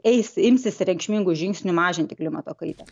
eis imsis reikšmingų žingsnių mažinti klimato kaitą